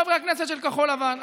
חברי הכנסת של כחול לבן,